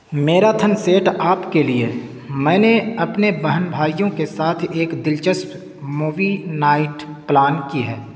marathon set آپ کے لیے میں نے اپنے بہن بھائیوں کے ساتھ ایک دلچسپ مووی نائٹ پلان کی ہے